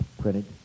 printed